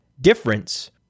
difference